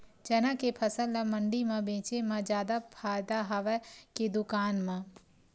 चना के फसल ल मंडी म बेचे म जादा फ़ायदा हवय के दुकान म?